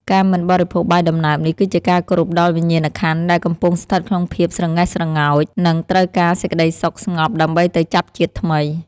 ការមិនបរិភោគបាយដំណើបនេះ គឺជាការគោរពដល់វិញ្ញាណក្ខន្ធដែលកំពុងស្ថិតក្នុងភាពស្រងេះស្រងោច និងត្រូវការសេចក្តីសុខស្ងប់ដើម្បីទៅចាប់ជាតិថ្មី។